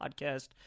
Podcast